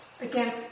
again